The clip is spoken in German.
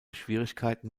schwierigkeiten